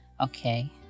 okay